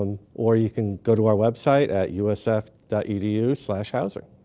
um or you can go to our website at usf edu housing.